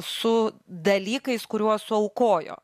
su dalykais kuriuos suaukojo